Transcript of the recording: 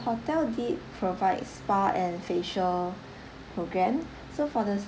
hotel did provide spa and facial program so for the